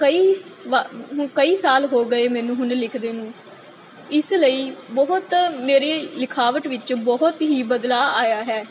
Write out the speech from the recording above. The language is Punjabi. ਕਈ ਵਾ ਕਈ ਸਾਲ ਹੋ ਗਏ ਮੈਨੂੰ ਹੁਣ ਲਿਖਦੇ ਨੂੰ ਇਸ ਲਈ ਬਹੁਤ ਮੇਰੀ ਲਿਖਾਵਟ ਵਿੱਚ ਬਹੁਤ ਹੀ ਬਦਲਾਅ ਆਇਆ ਹੈ